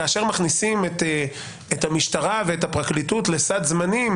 כאשר מכניסים את המשטרה ואת הפרקליטות לסעד זמנים